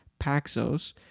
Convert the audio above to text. Paxos